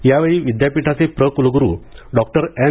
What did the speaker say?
यावेळी विद्यापीठाचे प्र क्लग्रू डॉक्टर एन